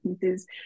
pieces